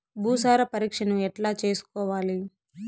భూసార పరీక్షను ఎట్లా చేసుకోవాలి?